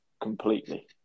completely